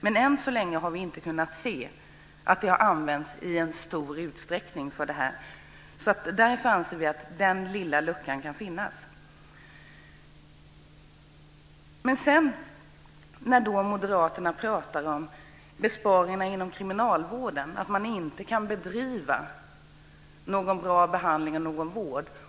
Men än så länge har vi inte kunnat se att påföljden har använts i någon större utsträckning vid detta brott. Därför anser vi att denna lilla lucka ska finnas. Moderaterna pratar om besparingar inom kriminalvården och om att man inte kan bedriva bra behandling eller ge bra vård.